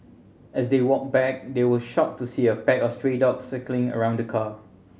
as they walked back they were shocked to see a back of stray dogs circling around the car